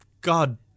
God